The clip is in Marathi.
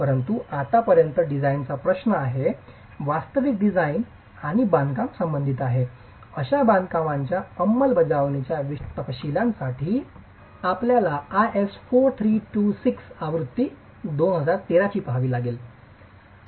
म्हणून आतापर्यंत डिझाइनचा प्रश्न आहे वास्तविक डिझाइन आणि बांधकाम संबंधित आहे अशा बांधकामांच्या अंमलबजावणीच्या विशिष्ट तपशीलांसाठी आपल्याला IS 4326 आवृत्ती 2013 पहावे लागेल